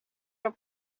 your